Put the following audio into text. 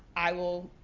i will.